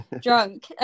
drunk